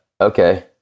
okay